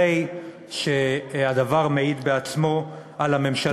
הרי שהדבר מעיד בעצמו על הממשלה.